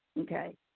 Okay